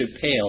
pale